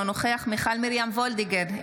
אינו נוכח מיכל מרים וולדיגר,